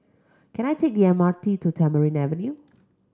can I take the M R T to Tamarind Avenue